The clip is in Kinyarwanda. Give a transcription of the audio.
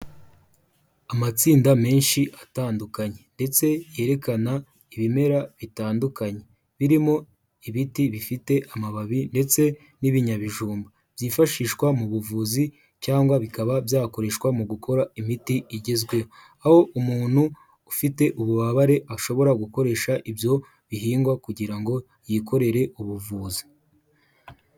Amatsinda menshi atandukanye ndetse yerekana ibimera bitandukanye birimo ibiti bifite amababi ndetse n'ibinyabijumba byifashishwa mu buvuzi cyangwa bikaba byakoreshwa mu gukora imiti igezweho, aho umuntu ufite ububabare ashobora gukoresha ibyo bihingwa kugira ngo yikorere ubuvuzi.